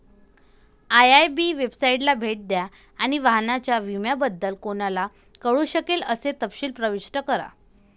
IIB वेबसाइटला भेट द्या आणि वाहनाच्या विम्याबद्दल कोणाला कळू शकेल असे तपशील प्रविष्ट करा